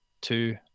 two